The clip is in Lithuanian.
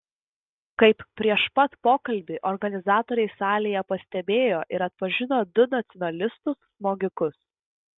kaip prieš pat pokalbį organizatoriai salėje pastebėjo ir atpažino du nacionalistus smogikus